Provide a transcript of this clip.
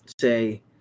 say